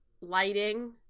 lighting